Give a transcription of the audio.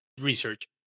research